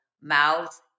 mouth